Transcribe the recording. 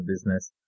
business